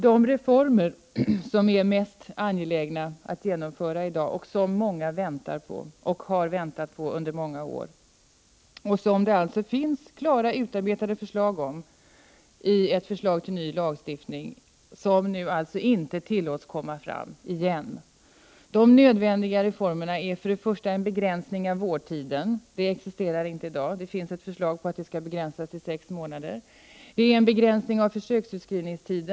De reformer som är mest angelägna att genomföra i dag, och som många sedan flera år väntar på, finns det klart utarbetade förslag om i ett utkast till ny lagstiftning, som inte tillåts att komma fram. De nödvändiga reformerna skulle innebära: 1. En begränsning av vårdtiden. Någon sådan existerar inte i dag. Det finns ett förslag om att den skall begränsas till sex månader. 2. En begränsning av försöksutskrivningstiden.